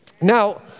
Now